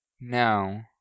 no